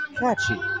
catchy